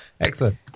excellent